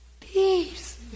Peace